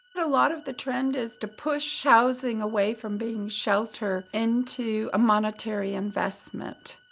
a lot of the trend is to push housing away from being shelter into a monetary investment.